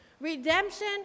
redemption